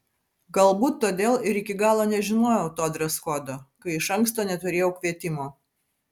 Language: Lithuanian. galbūt todėl ir iki galo nežinojau to dreskodo kai iš anksto neturėjau kvietimo